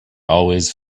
always